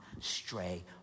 stray